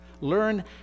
Learn